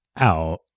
out